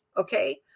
okay